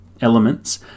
elements